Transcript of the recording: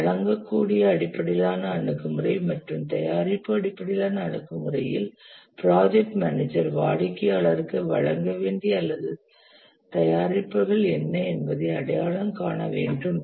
வழங்கக்கூடிய அடிப்படையிலான அணுகுமுறை மற்றும் தயாரிப்பு அடிப்படையிலான அணுகுமுறையில் ப்ராஜெக்ட் மேனேஜர் வாடிக்கையாளருக்கு வழங்க வேண்டியவை அல்லது தயாரிப்புகள் என்ன என்பதை அடையாளம் காண வேண்டும்ணும்